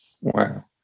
Wow